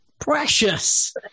Precious